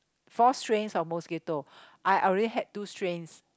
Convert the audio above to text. four strains of mosquito I already had two strains